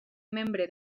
membre